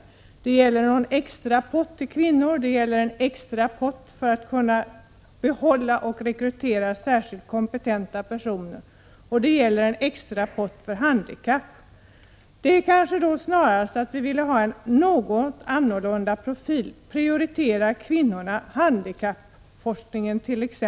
Våra reservationer behandlar bl.a. en extra pott till kvinnor, en extra pott för att kunna behålla och rekrytera särskilt kompetenta personer, och en extra pott för handikappade. Vi ville snarast ha en något annorlunda profil och prioriterat.ex. kvinnorna och handikappforskningen.